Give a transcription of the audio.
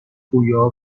پویا